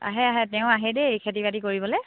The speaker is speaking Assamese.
আহে আহে তেওঁ আহে দেই খেতি বাতি কৰিবলৈ